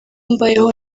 mbayeho